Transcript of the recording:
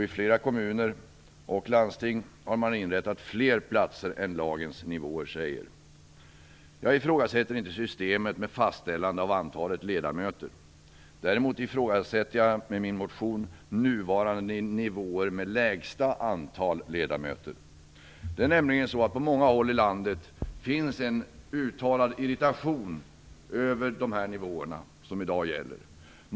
I flera kommuner och landsting har man inrättat fler platser än vad lagens nivåer anger. Jag ifrågasätter inte systemet med fastställandet av antalet ledamöter. Däremot ifrågasätter jag i min motion nuvarande nivå för det lägsta antalet ledamöter. På många håll i landet finns det en uttalad irritation över de nivåer som i dag gäller.